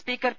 speaker P